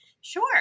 Sure